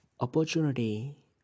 Opportunity